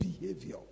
behavior